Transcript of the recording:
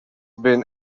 been